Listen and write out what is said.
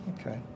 Okay